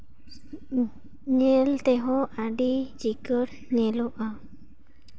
ᱧᱮᱞ ᱛᱮᱦᱚᱸ ᱟᱹᱰᱤ ᱪᱤᱠᱟᱹᱲ ᱧᱮᱞᱚᱜᱼᱟ